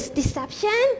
deception